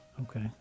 Okay